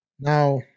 Now